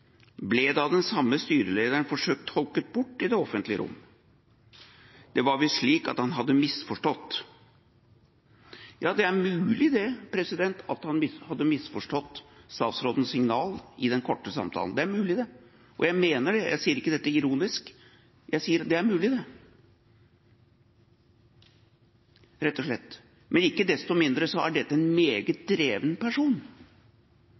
ble det av den samme styrelederen forsøkt tolket bort i det offentlige rom. Det var visst slik at han hadde misforstått. Ja, det er mulig at han hadde misforstått statsrådens signal i den korte samtalen. Det er mulig det. Og jeg mener det, jeg sier ikke dette ironisk. Jeg sier at det rett og slett er mulig. Men ikke desto mindre er dette en meget dreven person,